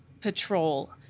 patrol